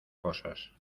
cosas